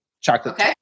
chocolate